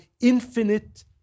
infinite